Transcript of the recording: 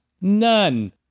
none